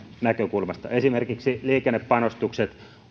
näkökulmasta esimerkiksi liikennepanostukset